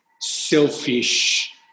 selfish